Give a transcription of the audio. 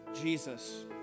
Jesus